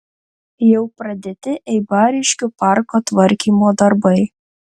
jau pradėti eibariškių parko tvarkymo darbai